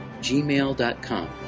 gmail.com